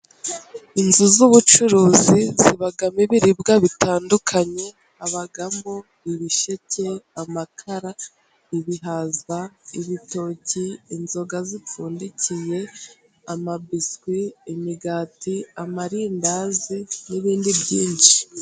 Inzu z'ubucuruzi zibamo ibiribwa bitandukanye. Habamo ibisheke, amakara, ibihaza, ibitoki, inzoga zipfundikiye, amabiswi, imigati, amarindazi n'ibindi byinshi.